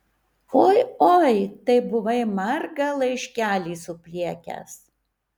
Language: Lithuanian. oi oi tai buvai margą laiškelį supliekęs